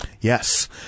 Yes